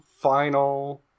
final